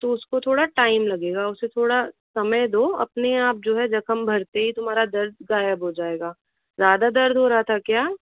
तो उसको थोड़ा टाइम लगेगा उसे थोड़ा समय दो अपने आप जो है ज़ख्म भरते ही तुम्हारा दर्द गायब हो जाएगा ज़्यादा दर्द हो रहा था क्या